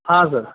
ಹಾಂ ಸರ